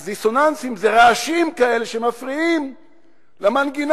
אז, דיסוננסים זה רעשים כאלה שמפריעים למנגינה.